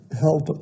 help